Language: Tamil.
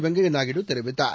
வெங்கையா நாயுடு தெரிவித்தார்